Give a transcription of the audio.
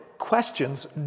Questions